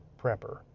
prepper